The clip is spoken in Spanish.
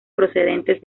procedentes